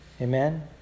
Amen